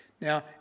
Now